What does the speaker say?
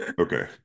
Okay